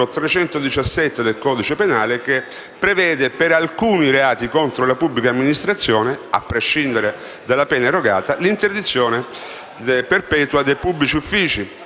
317 del codice penale, che prevede per alcuni reati contro la pubblica amministrazione, a prescindere dalla pena erogata, l'interdizione perpetua dai pubblici uffici: